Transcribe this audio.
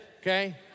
okay